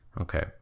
Okay